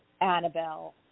Annabelle